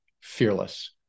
fearless